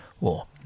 war